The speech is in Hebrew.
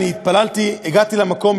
אני הגעתי למקום,